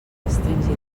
restringir